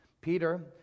Peter